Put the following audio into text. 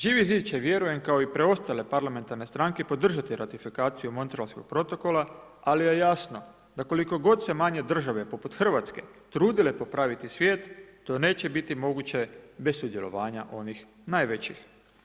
Živi zid će vjerujem kao i preostale parlamentarne stranke podržati ratifikaciju Montrealskog protokola, ali je jasno, da kliko god se manje države poput Hrvatske trudile popraviti svijet to neće biti moguće bez sudjelovanja onih najvećih.